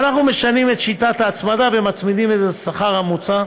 אם אנחנו משנים את שיטת ההצמדה ומצמידים לשכר הממוצע,